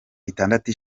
itandatu